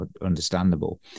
understandable